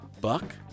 Buck